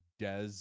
Des